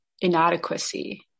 inadequacy